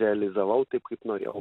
realizavau taip kaip norėjau